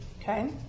Okay